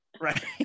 right